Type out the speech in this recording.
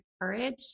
courage